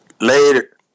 Later